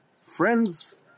friends